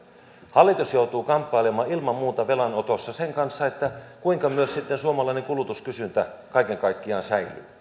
hallitus joutuu kamppailemaan ilman muuta velanotossa sen kanssa kuinka myös suomalainen kulutuskysyntä sitten kaiken kaikkiaan säilyy